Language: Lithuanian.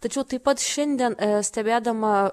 tačiau taip pat šiandien stebėdama